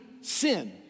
sin